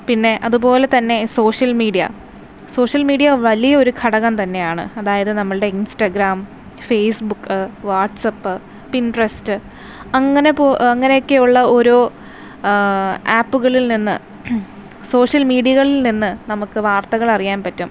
പിന്നെ അതുപോലെ തന്നെ സോഷ്യൽ മീഡിയ സോഷ്യൽ മീഡിയ വലിയൊരു ഘടകം തന്നെയാണ് അതായത് നമ്മളുടെ ഇന്സ്റ്റാഗ്രാം ഫേസ്ബുക്ക് വാട്ട്സ്ആപ് പ്രിന്റെസ്റ്റ് അങ്ങനെ അങ്ങനെ യൊക്കെയുള്ള ഓരോ ആപ്പുകളില് നിന്ന് സോഷ്യല് നിന്ന് സോഷ്യൽ മീഡിയകളിൽ നിന്ന് നമുക്ക് വാർത്തകൾ അറിയാൻ പറ്റും